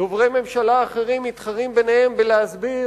דוברי ממשלה אחרים מתחרים ביניהם בלהסביר